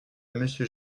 monsieur